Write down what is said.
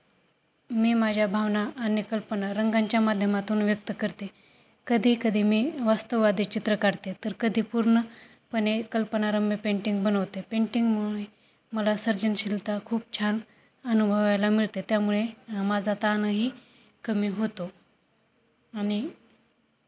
मी माझ्या भावना आणि कल्पना रंगांच्या माध्यमातून व्यक्त करते कधी कधी मी वास्तववादी चित्र काढते तर कधी पूर्णपणे कल्पनारम्य पेंटिंग बनवते पेंटिंगमुळे मला सर्जनशीलता खूप छान अनुभवायला मिळते त्यामुळे माझा ताणही कमी होतो आणि